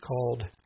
called